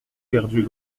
perdu